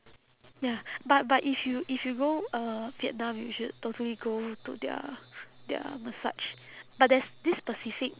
ya but but if you if you go uh vietnam you should totally go to their their massage but there is this specific